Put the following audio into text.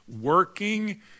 Working